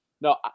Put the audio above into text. No